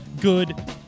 good